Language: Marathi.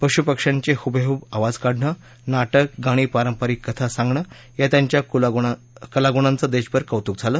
पशू पक्षांचे हुबेहुब आवाज काढणं नाटक गाणी पारंपारिक कथा सांगणं या त्यांच्या कलागुणांचं देशभर कौतुक झालं